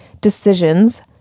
decisions